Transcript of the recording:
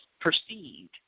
perceived